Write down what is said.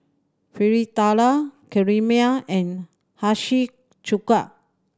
Fritada Kheema and Hiyashi Chuka